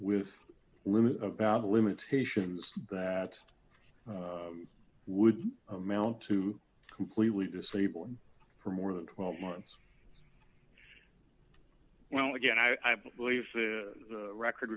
with women about limitations that would amount to completely disabling for more than twelve months well again i believe the record